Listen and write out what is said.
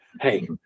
hey